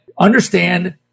understand